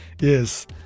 yes